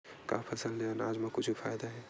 का फसल से आनाज मा कुछु फ़ायदा हे?